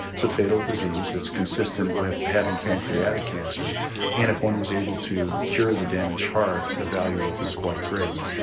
it's a fatal disease that's consistent with having pancreatic cancer and if one was able to cure the damaged heart the value would be quite great.